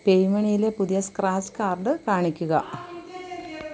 പേയുമണിയിലെ പുതിയ scratch card കാണിക്കുക